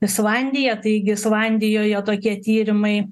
islandiją taigi islandijoje tokie tyrimai